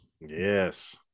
Yes